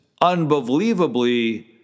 unbelievably